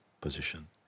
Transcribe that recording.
position